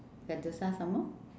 sentosa some more